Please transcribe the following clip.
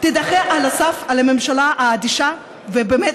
תידחה על הסף של הממשלה האדישה ובאמת